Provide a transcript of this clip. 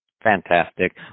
Fantastic